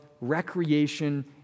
recreation